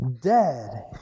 dead